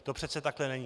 To přece takhle není.